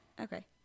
Okay